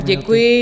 Děkuji.